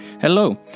Hello